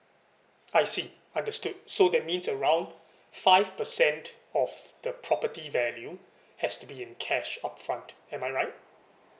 I see understood so that means around five percent of the property value has to be in cash upfront am I right